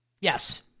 Yes